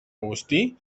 agustí